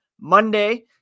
Monday